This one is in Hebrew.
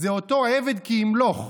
זה אותו עבד כי ימלוך,